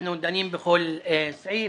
אנחנו דנים בכל סעיף.